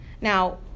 Now